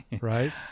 Right